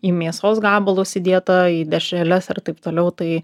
į mėsos gabalus įdėta į dešreles ar taip toliau tai